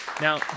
Now